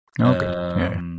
Okay